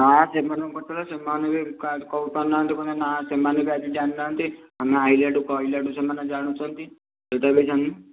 ହଁ ସେମାନଙ୍କୁ ପଚାରିଲେ ସେମାନେ ବି କହିପାରୁ ନାହାନ୍ତି କ'ଣ ନା ସେମାନେ ବି ଆଜି ଜାଣି ନାହାନ୍ତି ଆମେ ଆଇଲାରୁ କହିଲାଠୁ ସେମାନେ ଜାଣୁଛନ୍ତି ସେଇଟା ବି ଜାଣିନୁ